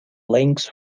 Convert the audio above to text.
links